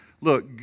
Look